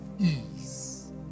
ease